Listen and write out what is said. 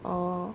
oh